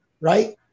right